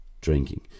drinking